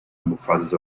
almofadas